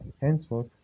henceforth